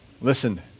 Listen